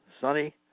sunny